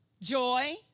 joy